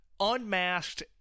Unmasked